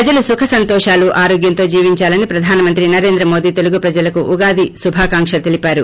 ప్రజలు సుఖసంతోషాలు ఆరోగ్యంతో జీవిందాలని ప్రధాన మంత్రి నరేంద్రమోదీ తెలుగు ప్రజలకు ఉగాది శుభాకాంక్షలు తెలిపారు